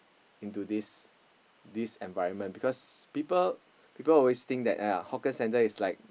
into this this environment because people people always think that that !aiya! hawker centre is like